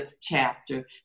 chapter